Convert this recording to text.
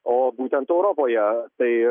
o būtent europoje tai